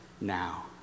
now